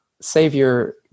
savior